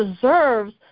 deserves